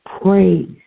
praise